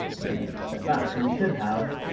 we're gonna set that so we should have,